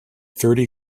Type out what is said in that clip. thirty